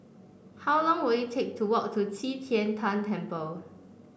how long will it take to walk to Qi Tian Tan Temple